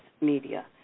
Media